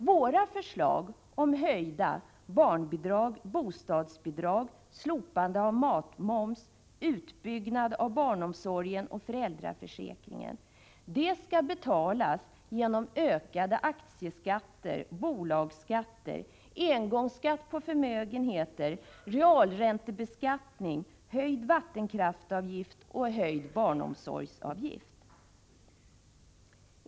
Våra förslag om höjda barnbidrag och bostadsbidrag samt slopande av matmoms och utbyggnad av barnomsorg och föräldraförsäkring skall betalas genom ökade aktieskatter och bolagsskatter, engångsskatt på förmögenheter, realräntebeskattning, samt höjda vattenkraftsoch barnomsorgsavgifter.